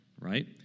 right